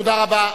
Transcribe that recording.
תודה רבה.